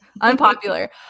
Unpopular